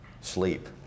sleep